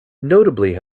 notably